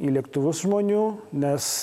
į lėktuvus žmonių nes